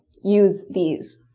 use these.